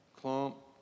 clump